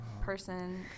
person